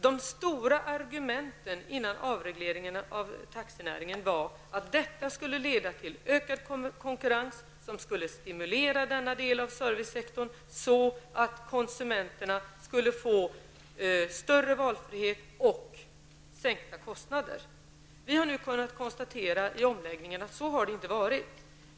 De största argumenten före avregleringen av taxinäringen var att den skulle leda till ökad konkurrens, som skulle stimulera denna del av servicesektorn, så att konsumenterna skulle få större valfrihet och sänkta kostnader. Vi har nu vid omläggningen kunnat konstatera att det inte varit så.